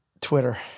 Twitter